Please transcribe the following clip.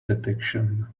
detection